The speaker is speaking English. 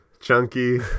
Chunky